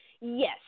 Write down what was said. Yes